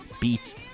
Beats